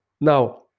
now